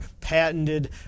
patented